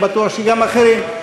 אני בטוח שגם האחרים,